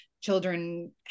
children